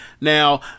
Now